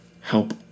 help